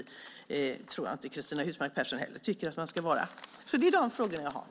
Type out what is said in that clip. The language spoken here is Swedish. Jag tror inte att Cristina Husmark Pehrsson heller tycker att man ska vara det.